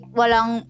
walang